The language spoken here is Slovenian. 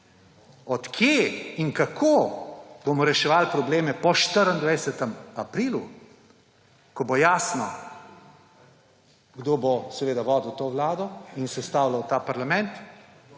Od kod in kako bomo reševali probleme po 24. aprilu, ko bo jasno, kdo bo vodil vlado in sestavljal ta parlament